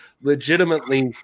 legitimately